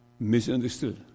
Misunderstood